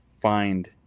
find